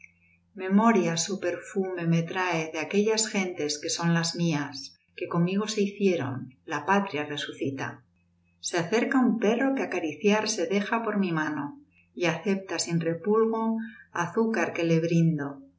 su perfume me trae de aquellas gentes que son las mías que conmigo se hicieron la patria resucita se acerca un perro que acariciar se deja por mi mano y acepta sin repulgo azúcar que le brindo